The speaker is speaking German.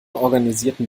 organisierten